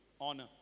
honor